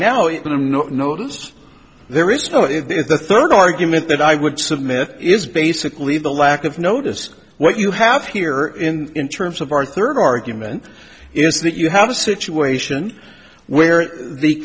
now it will not notice there is the third argument that i would submit is basically the lack of notice what you have here in terms of our third argument is that you have a situation where the